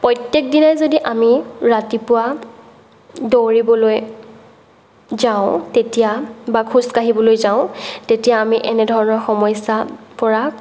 প্ৰত্যেক দিনাই যদি আমি ৰাতিপুৱা দৌৰিবলৈ যাওঁ তেতিয়া বা খোজ কাঢ়িবলৈ যাওঁ তেতিয়া আমি এনে ধৰণৰ সমস্যাৰ পৰা